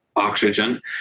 oxygen